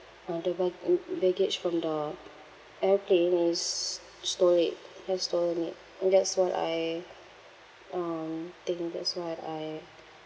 uh the bug~ mm baggage from the airplane is stole it has stolen it and that's what I um think that's what I